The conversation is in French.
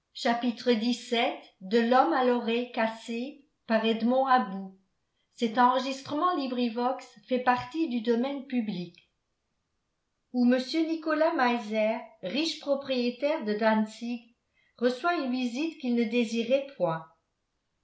de s m l'empereur des français xvii où mr nicolas meiser riche propriétaire de dantzig reçoit une visite qu'il ne désirait point